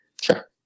Sure